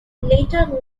later